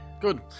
Good